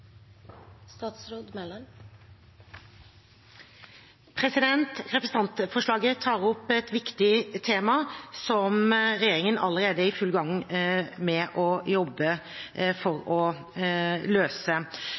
Representantforslaget tar opp et viktig tema som regjeringen allerede er i full gang med å jobbe for å løse.